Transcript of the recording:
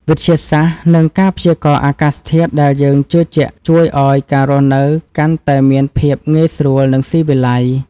វិទ្យាសាស្ត្រ និងការព្យាករណ៍អាកាសធាតុដែលយើងជឿជាក់ជួយឱ្យការរស់នៅកាន់តែមានភាពងាយស្រួល និងស៊ីវិល័យ។